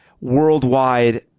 worldwide